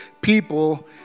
people